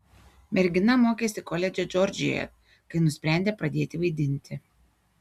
mergina mokėsi koledže džordžijoje kai nusprendė pradėti vaidinti